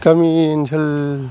गामि ओनसोल